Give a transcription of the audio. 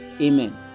Amen